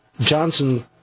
Johnson